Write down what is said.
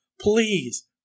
please